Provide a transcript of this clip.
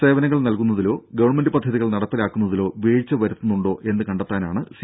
സേവനങ്ങൾ നൽകുന്നതിലോ ഗവൺമെന്റ് പദ്ധതികൾ നടപ്പാക്കുന്നതിലോ വീഴ്ച വരുത്തുന്നുണ്ടോയെന്ന് കണ്ടെത്താനാണ് സി